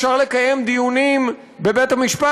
אפשר לקיים דיונים בבית-המשפט,